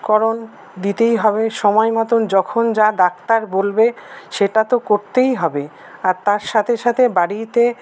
করণ দিতেই হবে সময়মতো যখন যা ডাক্তার বলবে সেটা তো করতেই হবে আর তার সাথে সাথে বাড়িতে